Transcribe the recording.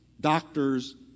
doctor's